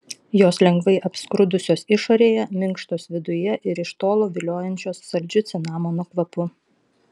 jos lengvai apskrudusios išorėje minkštos viduje ir iš tolo viliojančios saldžiu cinamono kvapu